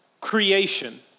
creation